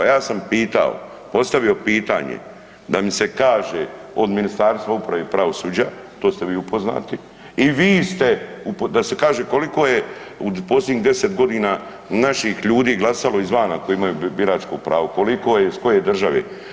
Ja sam pitao, postavio pitanje, da mi se kaže od Ministarstva uprave i pravosuđa, to ste vi upoznati, i vi ste, da se kaže koliko je posljednjih 10 g. naših ljudi glasalo izvana, koji imaju biračko pravo, koliko je, iz koje države.